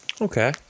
Okay